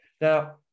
Now